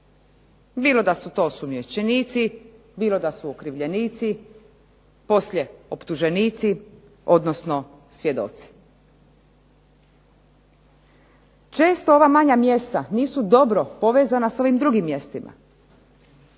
bilo da su to osumnjičenici, bilo da su okrivljenici, poslije optuženici, odnosno svjedoci. Često ova manja mjesta nisu dobro povezana s ovim drugim mjestima,